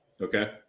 Okay